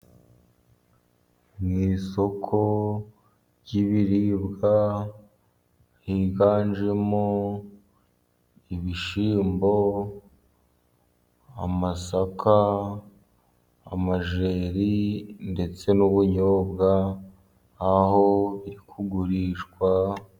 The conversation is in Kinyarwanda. Mu isoko ry'ibiribwa, higanjemo ibishyimbo, amasaka, amajeri, ndetse n'ubunyobwa, aho biri kugurishwa,..